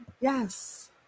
yes